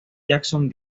jackson